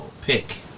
Pick